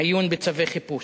עיון בצווי חיפוש).